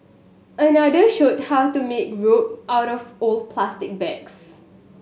another showed how to make rope out of old plastic bags